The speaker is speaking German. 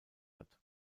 hat